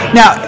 now